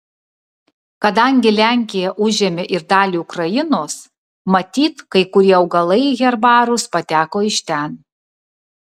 kadangi lenkija užėmė ir dalį ukrainos matyt kai kurie augalai į herbarus pateko iš ten